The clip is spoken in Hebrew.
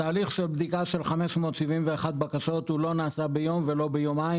תהליך של בדיקה של 571 בקשות לא נעשה ביום ולא ביומיים,